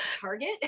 Target